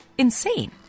Insane